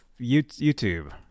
YouTube